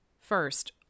First